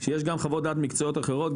שיש גם חוות דעת מקצועיות אחרות,